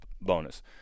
bonus